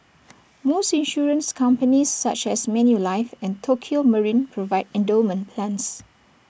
most insurance companies such as Manulife and Tokio marine provide endowment plans